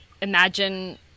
imagine